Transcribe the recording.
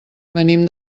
venim